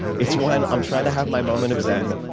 it's when i'm trying to have my moment of zen,